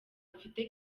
mfite